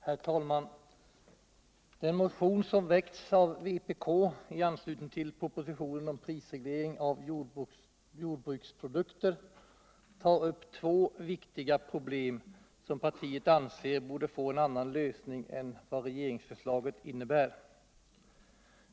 Herr talman! Den motion som har väckts av vpk i anslutning till propositionen om prisreglering av jordbruksprodukter tar upp två viktiga problem som partiet anser borde få en annan lösning än vad regeringsförslaget innebär.